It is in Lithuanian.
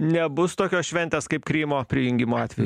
nebus tokios šventės kaip krymo prijungimo atveju